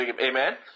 Amen